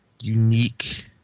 unique